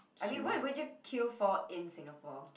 I mean what would you queue for in Singapore